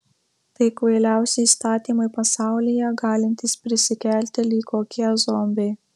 tai kvailiausi įstatymai pasaulyje galintys prisikelti lyg kokie zombiai